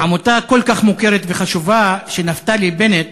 עמותה כל כך מוכרת וחשובה, שנפתלי בנט,